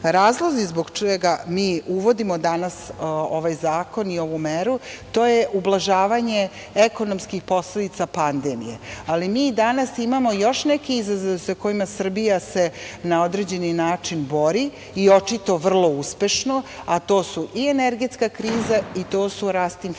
Razlozi zbog čega mi uvodimo danas ovaj zakon i ovu meru, to je ublažavanje ekonomskih posledica pandemije, ali mi danas imamo još neki izazov sa kojim se Srbija na određeni način bori i očito vrlo uspešno, a to su i energetska kriza, to je i rast inflacije.